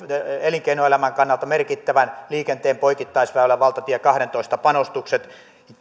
elinkeinoelämän kannalta merkittävän liikenteen poikittaisväylän valtatie kahdentoista panostukset ja